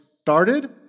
started